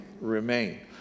remain